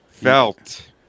Felt